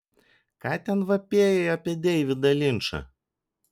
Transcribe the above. ką ten vapėjai apie deividą linčą